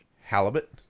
Halibut